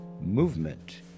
movement